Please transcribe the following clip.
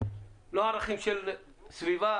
לא ערכים של סביבה,